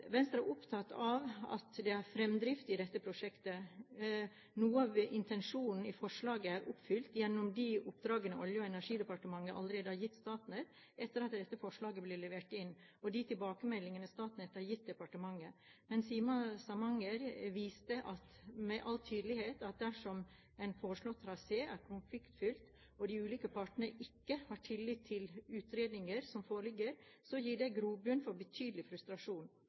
Venstre er opptatt av at det er fremdrift i dette prosjektet. Noe av intensjonen med forslaget er oppfylt gjennom de oppdragene Olje- og energidepartementet allerede har gitt Statnett etter at dette forslaget ble levert inn, og gjennom de tilbakemeldingene Statnett har gitt departementet. Men Sima–Samnanger viste med all tydelighet at dersom en foreslått trasé er konfliktfylt, og de ulike partene ikke har tillit til de utredninger som foreligger, så gir det grobunn for betydelig frustrasjon.